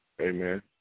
Amen